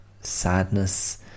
sadness